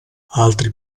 altri